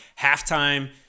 halftime